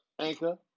Anchor